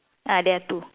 ah there are two